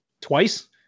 twice